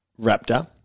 Raptor